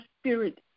Spirit